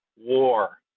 war